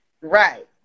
Right